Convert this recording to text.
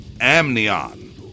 Amnion